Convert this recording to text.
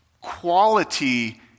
quality